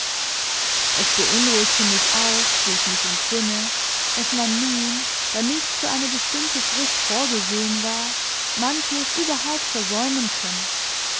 es beunruhigte mich auch wie ich mich entsinne daß man nun da nichts für eine bestimmte frist vorgesehen war manches überhaupt versäumen könne